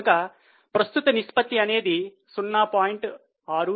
కనుక ప్రస్తుత నిష్పత్తి అనేది 0